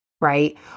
right